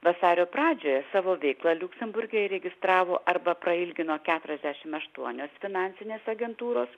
vasario pradžioje savo veiklą liuksemburge įregistravo arba prailgino keturiasdešim aštuonios finansinės agentūros